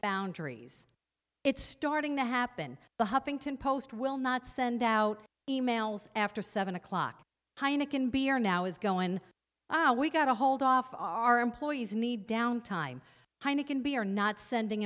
boundaries it's starting to happen the huffington post will not send out e mails after seven o'clock heineken beer now is going we got a hold off our employees need down time heineken be are not sending